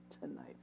tonight